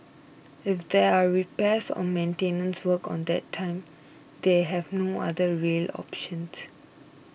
if there are repairs or maintenance work on that time they have no other rail options